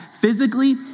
physically